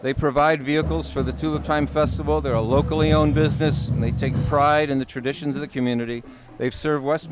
they provide vehicles for the two time festival their locally owned business and they take pride in the traditions of the community they've served west